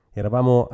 eravamo